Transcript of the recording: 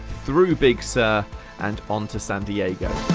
through big sur and on to san diego.